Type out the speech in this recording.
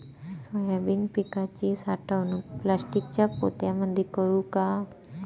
Soybean पिकाची साठवणूक प्लास्टिकच्या पोत्यामंदी करू का?